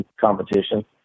competition